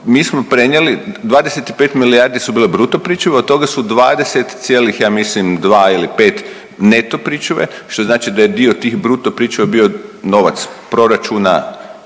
mi smo prenjeli, 25 milijardi su bile bruto pričuve, od toga su 20 cijelih ja mislim 2 ili 5 neto pričuve, što znači da je dio tih bruto pričuva bio novac proračuna